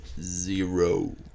zero